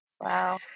Wow